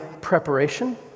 preparation –